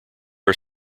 are